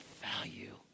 value